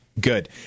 Good